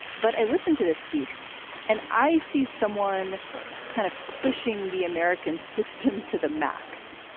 but i listen to this speech and i see someone kind of pushing the american system to the max.